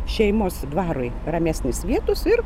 šeimos dvarui ramesnės vietos ir